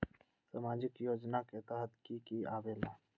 समाजिक योजना के तहद कि की आवे ला?